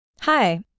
Hi